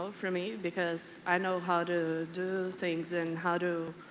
for me, because i know how to do things and how to,